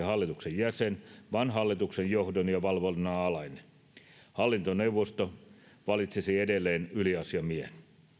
hallituksen jäsen vaan hallituksen johdon ja valvonnan alainen hallintoneuvosto valitsisi edelleen yliasiamiehen